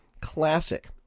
classic